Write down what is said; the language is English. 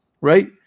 Right